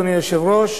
אדוני היושב-ראש,